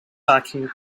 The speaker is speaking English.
backing